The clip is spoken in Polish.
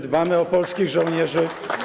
Dbamy o polskich żołnierzy.